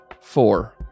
four